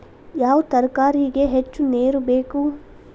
ಯಾವ ತರಕಾರಿಗೆ ಹೆಚ್ಚು ನೇರು ಬೇಕು?